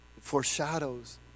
foreshadows